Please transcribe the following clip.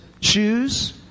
choose